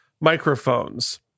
microphones